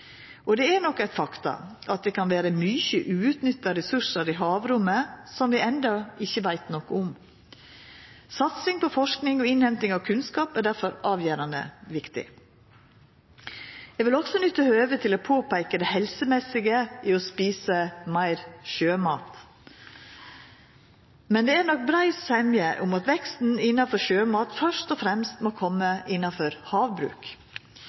Det er nok eit faktum at det kan vera mange uutnytta ressursar i havrommet som vi enno ikkje veit noko om. Satsing på forsking og innhenting av kunnskap er difor avgjerande viktig. Eg vil også nytta høvet til å påpeika det helsemessige ved å eta meir sjømat. Det er nok brei semje om at veksten innanfor sjømat først og fremst må koma innanfor havbruk.